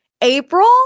April